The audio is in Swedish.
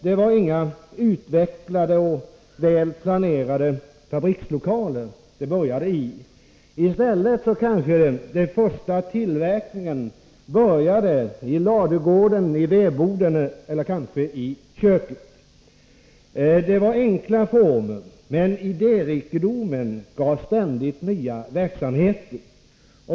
Det började inte i några utvecklade och väl planerade fabrikslokaler. I stället började den första tillverkningen i ladugården, vedboden eller kanske i köket. Det var enkla former, men idérikedomen gav ständigt nya verksamheter.